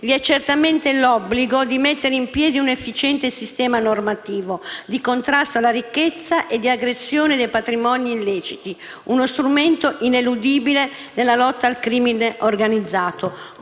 vi è certamente l'obbligo di mettere in piedi un efficiente sistema normativo di contrasto alla ricchezza e di aggressione dei patrimoni illeciti, uno strumento ineludibile nella lotta al crimine organizzato.